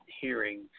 hearing